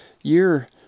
year